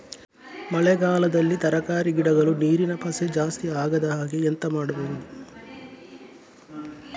ಮಳೆಗಾಲದಲ್ಲಿ ತರಕಾರಿ ಗಿಡಗಳು ನೀರಿನ ಪಸೆ ಜಾಸ್ತಿ ಆಗದಹಾಗೆ ಎಂತ ಮಾಡುದು?